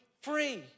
free